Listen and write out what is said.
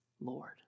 Lord